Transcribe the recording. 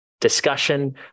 discussion